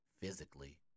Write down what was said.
physically